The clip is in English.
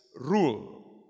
rule